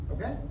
Okay